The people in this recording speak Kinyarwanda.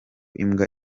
imbwa